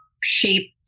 shape